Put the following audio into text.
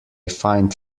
find